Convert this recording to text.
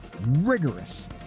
rigorous